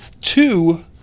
two